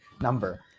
number